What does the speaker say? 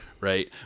right